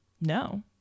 No